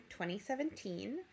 2017